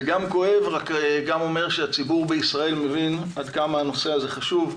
זה גם כואב וגם אומר שהציבור בישראל מבין עד כמה הנושא הזה חשוב.